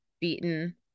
beaten